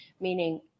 meaning